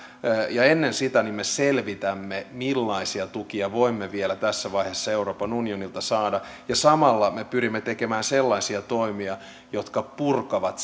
ja ennen sitä me selvitämme millaisia tukia voimme vielä tässä vaiheessa euroopan unionilta saada ja samalla me pyrimme tekemään sellaisia toimia jotka purkavat